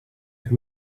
with